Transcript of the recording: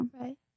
Right